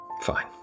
Fine